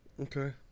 Okay